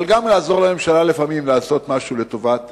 אבל גם נעזור לממשלה לפעמים, לעשות משהו לטובת